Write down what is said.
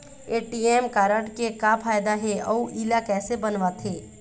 ATM card के का फायदा हे अऊ इला कैसे बनवाथे?